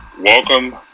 Welcome